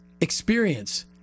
experience